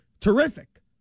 Terrific